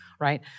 Right